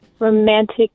Romantic